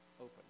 open